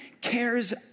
cares